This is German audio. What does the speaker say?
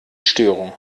störung